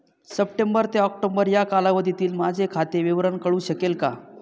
September ते October या कालावधीतील माझे खाते विवरण कळू शकेल का?